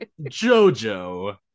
Jojo